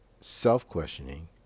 self-questioning